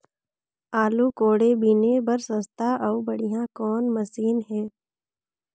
आलू कोड़े बीने बर सस्ता अउ बढ़िया कौन मशीन हे?